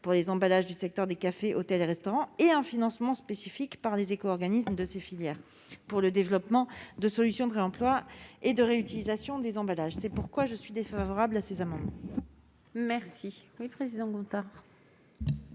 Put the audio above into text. pour les emballages du secteur des cafés, hôtels et restaurants et un financement spécifique par les éco-organismes de ces filières pour le développement de solutions de réemploi et de réutilisation des emballages. C'est pourquoi je suis défavorable à ces amendements